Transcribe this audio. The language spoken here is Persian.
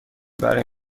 برای